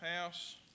house